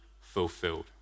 fulfilled